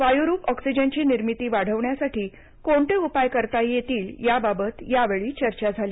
वायुरूप ऑक्सिजनची निर्मिती वाढवण्यासाठी कोणते उपाय करता येतील याबाबत यावेळी चर्चा झाली